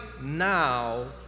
now